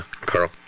Carl